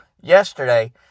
yesterday